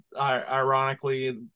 ironically